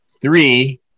three